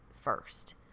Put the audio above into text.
first